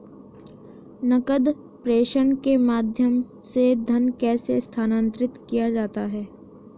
नकद प्रेषण के माध्यम से धन कैसे स्थानांतरित किया जाता है?